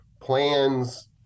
plans